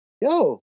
Yo